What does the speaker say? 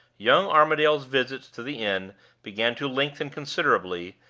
young armadale's visits to the inn began to lengthen considerably,